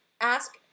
ask